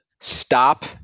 Stop